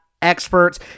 experts